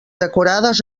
decorades